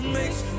makes